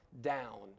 down